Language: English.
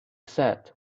said